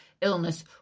illness